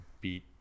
beat